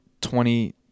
twenty